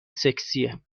سکسیه